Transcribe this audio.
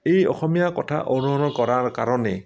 এই অসমীয়া কথা অনুসৰণ কৰাৰ কাৰণে